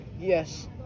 yes